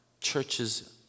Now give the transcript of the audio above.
churches